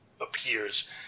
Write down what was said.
appears